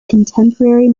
contemporary